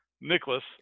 Nicholas